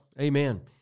Amen